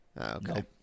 Okay